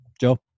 Joe